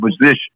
position